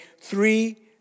Three